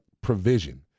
provision